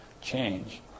change